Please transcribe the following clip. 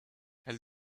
elles